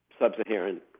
sub-Saharan